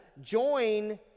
join